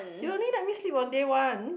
you only let me sleep on day one